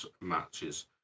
matches